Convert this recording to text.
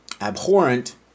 abhorrent